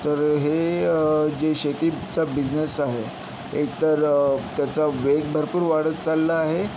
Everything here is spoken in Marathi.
तर हे जे शेतीचा बिझनेस आहे एक तर त्याचा वेग भरपूर वाढत चालला आहे